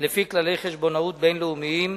לפי כללי חשבונאות בין-לאומיים,